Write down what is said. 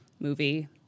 movie